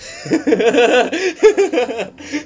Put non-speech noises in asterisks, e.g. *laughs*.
*laughs*